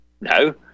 No